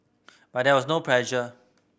but there was no pressure